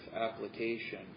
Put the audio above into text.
application